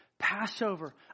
Passover